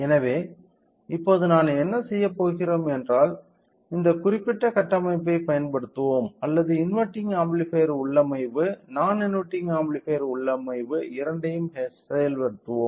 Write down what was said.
எனவே இப்போது நாம் என்ன செய்கிறோம் என்றால் இந்த குறிப்பிட்ட கட்டமைப்பைப் பயன்படுத்துவோம் அல்லது இன்வெர்டிங் ஆம்ப்ளிஃபையர் உள்ளமைவு நான் இன்வெர்டிங் ஆம்ப்ளிஃபையர் உள்ளமைவு இரண்டையும் செயல்படுத்துவோம்